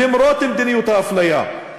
למרות מדיניות האפליה.